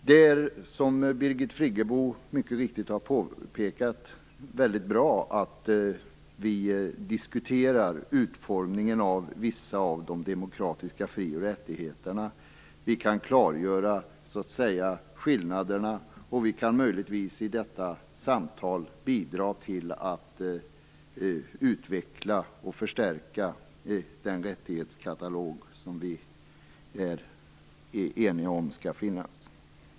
Det är, som Birgit Friggebo mycket riktigt har påpekat, väldigt bra att vi diskuterar utformningen av vissa av de demokratiska fri och rättigheterna. Vi kan klargöra skillnaderna, och vi kan möjligtvis i detta samtal bidra till att utveckla och förstärka den rättighetskatalog som vi är eniga om skall finnas.